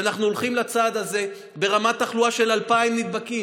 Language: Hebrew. שאנחנו הולכים לצעד הזה ברמת תחלואה של 2,000 נדבקים.